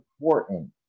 important